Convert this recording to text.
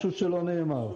משהו שלא נאמר.